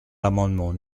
l’amendement